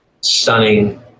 stunning